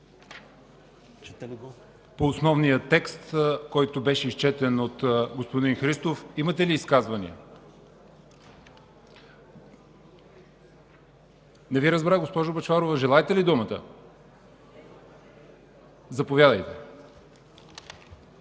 По основния текст, който беше изчетен от господин Христов, имате ли изказвания? Госпожо Бъчварова, желаете ли думата? Заповядайте.